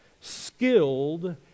Skilled